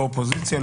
לא אופוזיציה,